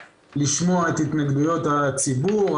לשמוע את התנגדויות הציבור,